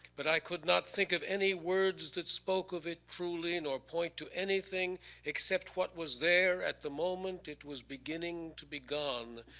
but i could not think of any words that spoke of it truly nor point to anything except what was there at the moment it was beginning to be gone.